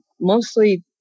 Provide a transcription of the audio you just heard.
mostly